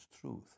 truth